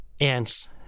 ants